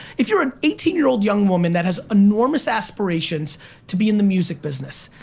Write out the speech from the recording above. if you were an eighteen year old young woman that has enormous aspirations to be in the music business.